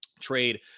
trade